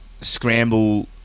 scramble